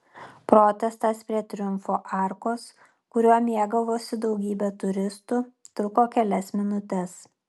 protestas prie triumfo arkos kuriuo mėgavosi daugybė turistų truko kelias minutes